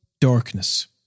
darkness